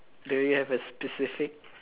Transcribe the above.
do you have a specific